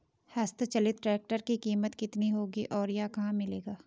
हस्त चलित ट्रैक्टर की कीमत कितनी होगी और यह कहाँ मिलेगा?